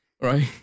Right